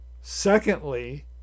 secondly